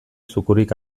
zukurik